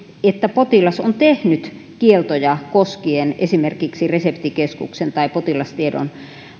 että potilas on tehnyt kieltoja koskien esimerkiksi reseptikeskuksen tai potilastiedon